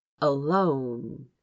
alone